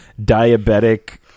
Diabetic